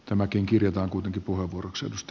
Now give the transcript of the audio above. tämäkin kirjataan kuitenkin puheenvuoroksi